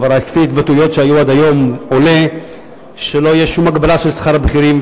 כבר מההתבטאויות שהיו עד היום עולה שלא תהיה שום הגבלה של שכר הבכירים,